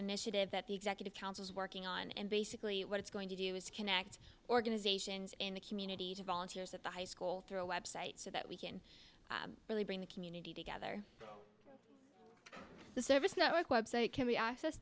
initiative that the executive council is working on and basically what it's going to do is connect organizations in the community to volunteers at the high school through a website so that we can really bring the community together the service network website can be